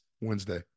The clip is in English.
Wednesday